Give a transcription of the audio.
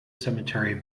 cemetery